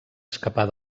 escapar